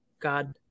God